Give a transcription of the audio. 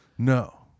No